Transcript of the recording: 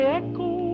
echo